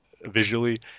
visually